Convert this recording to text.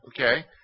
Okay